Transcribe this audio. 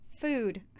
food